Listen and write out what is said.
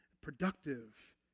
productive